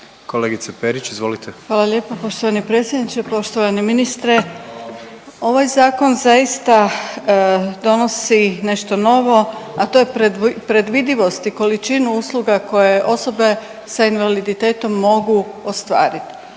**Perić, Grozdana (HDZ)** Hvala lijepa. Poštovani predsjedniče, poštovani ministre. Ovaj zakon zaista donosi nešto novo, a to je predvidivost i količinu usluga koje osobe s invaliditetom mogu ostvarit.